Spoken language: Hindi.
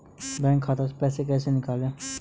बैंक खाते से पैसे को कैसे निकालें?